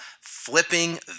flipping